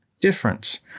difference